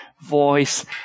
voice